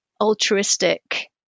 altruistic